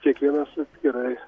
kiekvienas atskirai